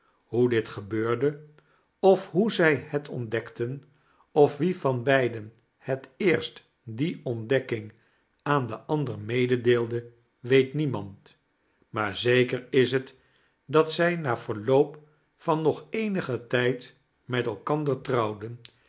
hoe dit gebeurde of hoe zij het ontdekten of wie van beiden het eerst die ontdekking aan den ander mededeelde weet niemand maar zeker is het dat zij na verloop van nog eenigen tijd met elkander trouwden